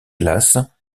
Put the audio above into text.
glace